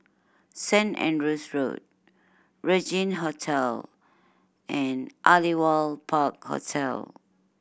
Saint Andrew's Road Regin Hotel and Aliwal Park Hotel